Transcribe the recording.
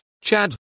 Chad